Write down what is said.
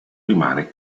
rimane